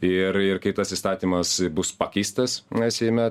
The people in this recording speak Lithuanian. ir ir kai tas įstatymas bus pakeistas na seime